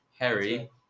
Harry